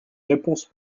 réponse